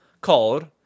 called